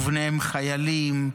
וביניהם חיילים,